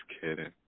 kidding